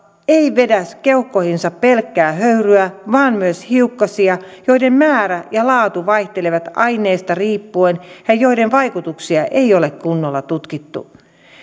ei vedä keuhkoihinsa pelkkää höyryä vaan myös hiukkasia joiden määrä ja laatu vaihtelevat aineesta riippuen ja joiden vaikutuksia ei ole kunnolla tutkittu